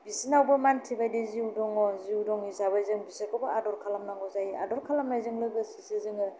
बिसोरनावबो मानसि बायदि जिउ दङ जिउ दं हिसाबै जों बिसोरखौबो आदोर खालामनांगौ जायो आदोर खालामनायजों लोगोसेसो जों